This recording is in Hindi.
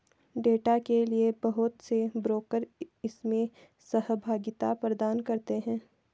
डेटा के लिये बहुत से ब्रोकर इसमें सहभागिता प्रदान करते हैं